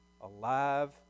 alive